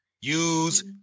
use